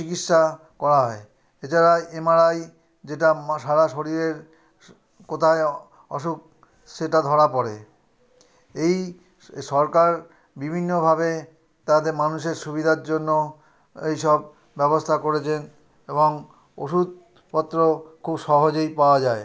চিকিৎসা করা হয় এছাড়া এমআরআই যেটা সারা শরীরের কোথায় অসুখ সেটা ধরা পড়ে এই সরকার বিভিন্নভাবে তাদের মানুষের সুবিধার জন্য এইসব ব্যবস্থা করেছেন এবং ওষুধপত্র খুব সহজেই পাওয়া যায়